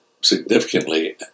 significantly